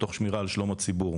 ותוך שמירה על שלום הציבור.